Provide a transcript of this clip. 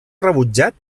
rebutjat